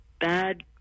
bad